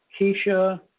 Keisha